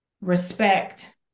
respect